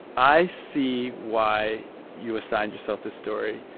i see why you assigned yourself this story.